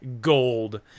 gold